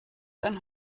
dann